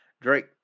Drake